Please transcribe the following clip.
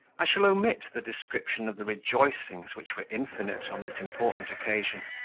i shall omit the description of the rejoicings, which were infinite on this important occasion,